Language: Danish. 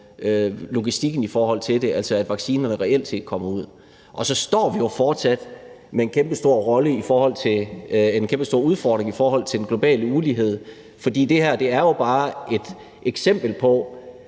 logistikken i forhold til det, altså at vaccinerne reelt set kommer ud. Så står vi jo fortsat med en kæmpestor udfordring i forhold til den globale ulighed, for det her er bare et eksempel på,